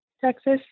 Texas